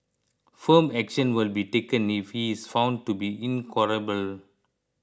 firm action will be taken if he is found to be